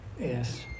Yes